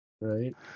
Right